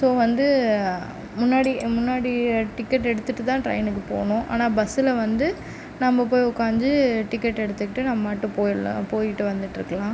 so வந்து முன்னாடி முன்னாடி டிக்கெட் எடுத்துட்டுதான் ட்ரெயினுக்கு போகணும் ஆனால் பஸ்ஸில் வந்து நம்ம போய் உட்காந்து டிக்கெட் எடுத்துக்கிட்டு நம்ம பாட்டுக்கு போயிடலாம் போயிட்டு வந்துட்டு இருக்கலாம்